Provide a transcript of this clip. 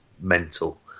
mental